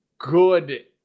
Good